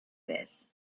this